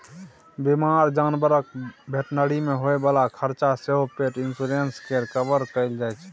बीमार जानबरक भेटनरी मे होइ बला खरचा सेहो पेट इन्स्योरेन्स मे कवर कएल जाइ छै